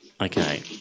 Okay